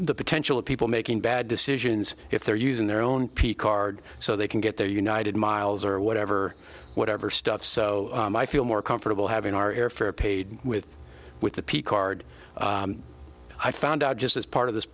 the potential of people making bad decisions if they're using their own p card so they can get their united miles or whatever whatever stuff so i feel more comfortable having our airfare paid with with the p card i found out just as part of this